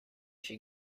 she